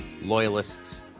loyalists